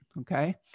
okay